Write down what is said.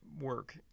work